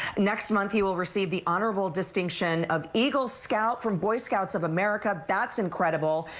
next month he will receive the honorable distinction of eagle scout from boy scouts of america. that's incredible.